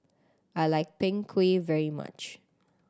I like Png Kueh very much